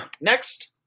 next